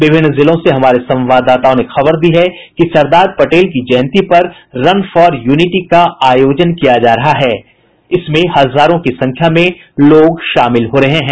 विभिन्न जिलों से हमारे संवाददाताओं ने खबर दी है कि सरदार पटेल की जयंती पर रन फॉन यूनिटी का आयोजन किया जा रहा है जिसमें हजारों की संख्या में लोग शामिल हो रहे हैं